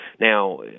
Now